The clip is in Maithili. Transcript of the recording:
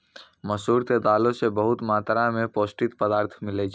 मसूर के दालो से बहुते मात्रा मे पौष्टिक पदार्थ मिलै छै